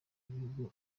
y’igihugu